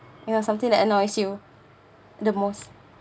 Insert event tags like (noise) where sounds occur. you know something that annoys you the most (noise)